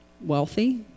wealthy